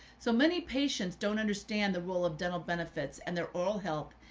so many patients don't understand the role of dental benefits and their oral health.